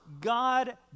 God